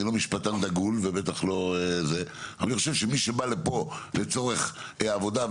אני לא משפטן דגול - מי שבא לכאן לצורך עבודה,